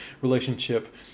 relationship